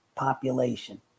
population